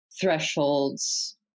thresholds